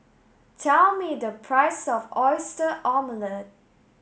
tell me the price of oyster omelette